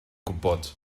gwybod